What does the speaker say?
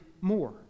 more